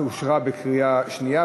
ההצעה אושרה בקריאה שנייה,